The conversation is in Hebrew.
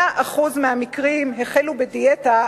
100% המקרים החלו בדיאטה,